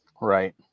right